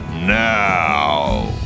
Now